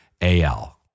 Al